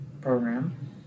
program